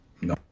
No